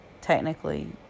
technically